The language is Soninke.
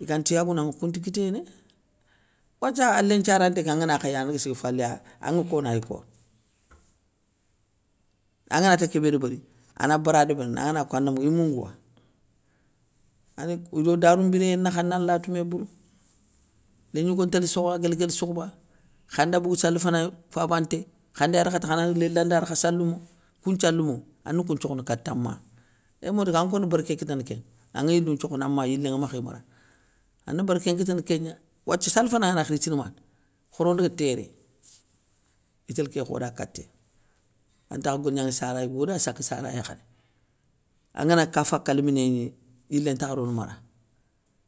iganta yagounaŋa kounta kiténé, wathia a lénthiaranté ké angana khayi anga sigui faléya anŋe kono ay kono, anganati kébé débéri, ana bara débérini angana ko an mougou i mougouwa, kou do ndarou biréyé nakha na lato mé bourou, lén gnigo ntél sokha guél guél sokhoba, khanda bogou sali fanay fabanté, khanda yarkhata khana daga lélandari kha saloumo, kou nthialoumo ane koun nthiokhono kata ma éé modi ké an korini bérké kitana kénŋa, anŋa yilou nthiokhono, an ma yilé ŋa makhay maraŋa an bérké nkitana kégna. Wathia sali fana ngana khiri itini mané, khoro ndaga téré, itél ké khoda katéya, antakh golignanŋa sara yigo da, saka sara yakharé, angana ka faka léminégni yilé ntakha rono mara.